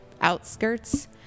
outskirts